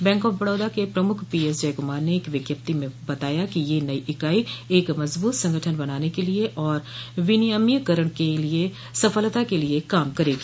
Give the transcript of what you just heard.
bank of Baroda के प्रमुख P Jayakumar ने एक विज्ञप्ति में बताया कि यह नई इकाई एक मजबूत संगठन बनाने के लिए और विनियमिकरण की सफलता के लिए काम करेगी